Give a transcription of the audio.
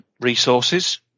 resources